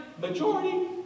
Majority